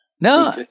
No